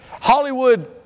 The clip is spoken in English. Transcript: Hollywood